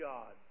God